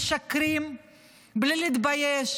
משקרים בלי להתבייש,